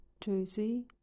Josie